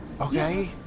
okay